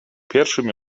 pierwszym